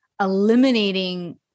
eliminating